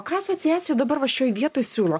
ką asociacija dabar va šioj vietoj siūlo